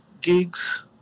gigs